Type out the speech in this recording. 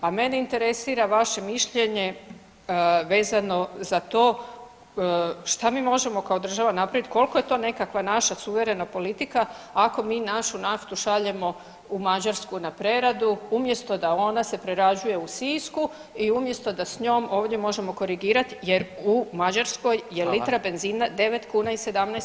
Pa mene interesira vaše mišljenje vezano za to šta mi možemo kao država napravit, koliko je to nekakva naša suverena politika ako mi našu naftu šaljemo u Mađarsku na preradu umjesto da ona se prerađuje u Sisku i umjesto da s njom ovdje možemo korigirat jer u Mađarskoj je litra [[Upadica Radin: Hvala.]] benzina 9 kuna i 17 lipa.